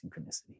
synchronicity